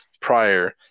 prior